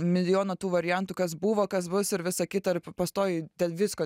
milijoną tų variantų kas buvo kas bus ir visa kita ir pastoviai dėl visko